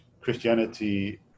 christianity